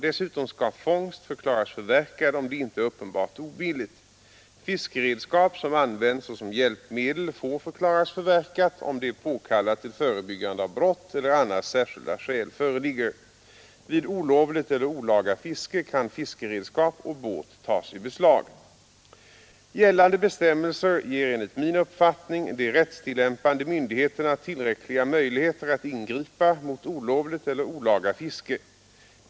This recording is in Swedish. Dessutom skall fångst förklaras förverkad, om det inte är uppenbart obilligt. Fiskeredskap som använts såsom hjälpmedel får förklaras förverkat, om det är påkallat till förebyggande av brott eller annars särskilda skäl föreligger. Vid olovligt eller olaga fiske kan fiskeredskap och båt tas i beslag. Gällande bestämmelser ger enligt min uppfattning de rättstillämpande myndigheterna tillräckliga möjligheter att ingripa mot olovligt eller olaga fiske.